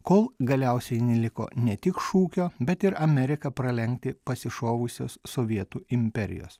kol galiausiai neliko ne tik šūkio bet ir amerika pralenkti pasišovusios sovietų imperijos